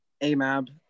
AMAB